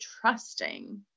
trusting